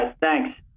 Thanks